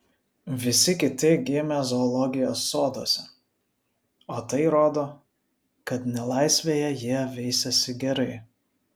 visi kiti gimę zoologijos soduose o tai rodo kad nelaisvėje jie veisiasi gerai